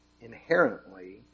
inherently